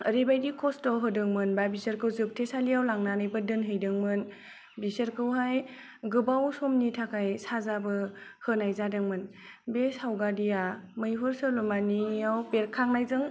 ओरैबादि खस्थ' होदोंमोनबा बिसोरखौ जोबथेसालियाव लांनानैबो दोनहैदोंमोन बिसोरखौहाय गोबाव समनि थाखाय साजाबो होनाय जादोंमोन बे सावगारिया मैहुर सल'मानियाव बेरखांनायजों